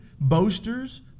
boasters